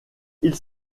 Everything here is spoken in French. ils